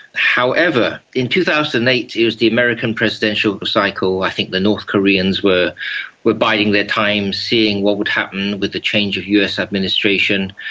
however, in two thousand and eight it was the american presidential cycle, i think the north koreans were were biding their time, seeing what would happen with the change of us administration,